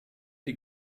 die